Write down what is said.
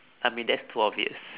I mean that's twelve years